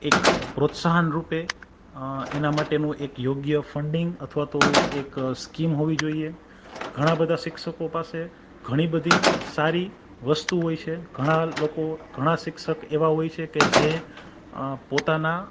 એક પ્રોત્સાહન રૂપે એના માટેનું એક યોગ્ય ફંડિંગ અથવા તો એક સ્કીમ હોવી જોઈએ ઘણાં બધાં શિક્ષકો પાસે ઘણી બધી સારી વસ્તુ હોય છે ઘણાં લોકો ઘણાં શિક્ષક એવા હોય છે કે જે પોતાના